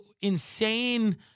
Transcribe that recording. insane